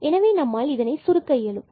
எனவே நம்மால் சுருக்க இயலும்